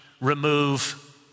remove